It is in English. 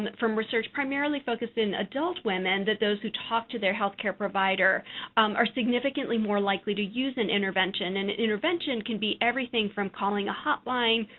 from research primarily focused in adult women, that those who talked to their health care provider are significantly more likely to use an intervention. and an intervention can be everything from calling a hotline,